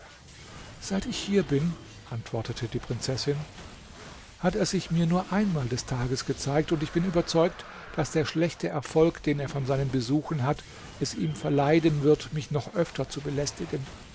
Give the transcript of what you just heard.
seit ich hier bin antwortete die prinzessin hat er sich mir nur einmal des tages gezeigt und ich bin überzeugt daß der schlechte erfolg den er von seinen besuchen hat es ihm verleiden wird mich noch öfter zu belästigen